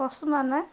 ପଶୁମାନେ